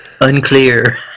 unclear